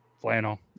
flannel